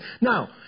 Now